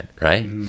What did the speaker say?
right